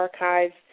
archives